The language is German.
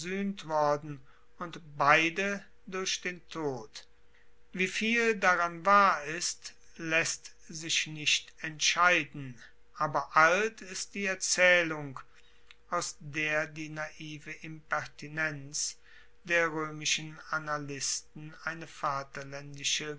und beide durch den tod wieviel darin wahr ist laesst sich nicht entscheiden aber alt ist die erzaehlung aus der die naive impertinenz der roemischen annalisten eine